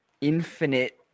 Infinite